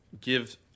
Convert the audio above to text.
give